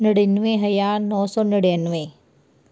ਨੜਿੰਨਵੇਂ ਹਜ਼ਾਰ ਨੌ ਸੌ ਨੜਿੰਨਵੇਂ